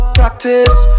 practice